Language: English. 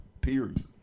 period